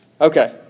Okay